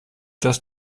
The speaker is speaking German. das